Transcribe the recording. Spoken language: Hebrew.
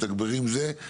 מתגברים זה,